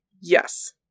Yes